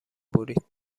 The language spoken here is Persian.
برید